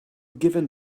given